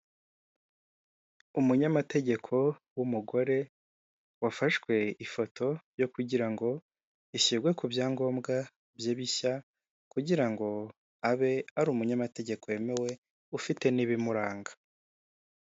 Umunyamategeko w'umugore wafashwe ifoto yo kugira ngo ishyirwe ku byangombwa bye bishya kugira ngo abe ari umunyamategeko wemewe ufite n'ibimuranga.